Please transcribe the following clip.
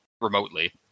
remotely